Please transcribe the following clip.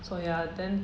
so ya then